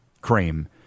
cream